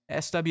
SW